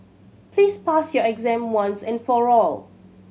please pass your exam once and for all